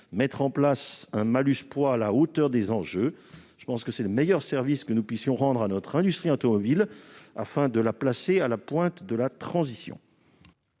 mettre en place un malus poids à la hauteur des enjeux. Je pense que le meilleur service à rendre à notre industrie automobile est de la placer à la pointe de la transition.